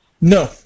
No